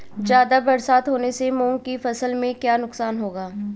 ज़्यादा बरसात होने से मूंग की फसल में क्या नुकसान होगा?